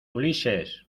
ulises